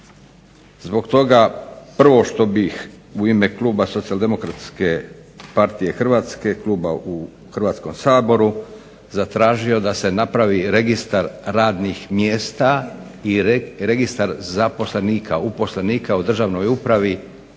Zbog toga prvo što bih u ime kluba Socijaldemokratske partije Hrvatske, kluba u Hrvatskom saboru zatražio da se napravi registar radnih mjesta i registar zaposlenika, uposlenika u državnoj upravi